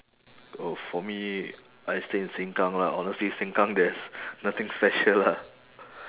oh for me I stay in seng kang lah honestly seng kang there is nothing special lah